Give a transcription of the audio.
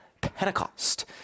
Pentecost